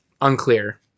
unclear